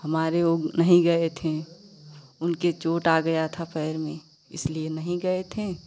हमारे ओ नहीं गए थे उनके चोट आ गया था पैर में इसलिए नहीं गए थे